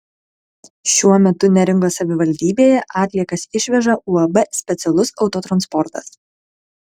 šiuo metu neringos savivaldybėje atliekas išveža uab specialus autotransportas